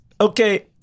Okay